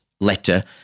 letter